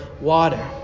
water